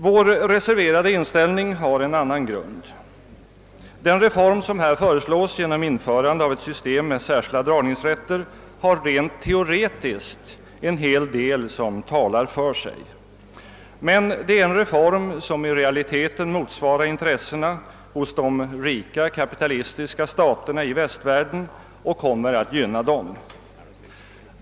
Vår reserverade inställning har en annan grund. Den reform som här föreslås genom införande av ett system med särskilda dragningsrätter har rent teoretiskt en hel del som talar för sig. Men det är en reform som i realiteten motsvarar intressena hos de rika kapitalistiska staterna i västvärlden och kommer att gynna dem.